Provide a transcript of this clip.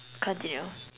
continue